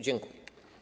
Dziękuję.